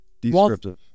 Descriptive